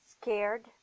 scared